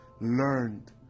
learned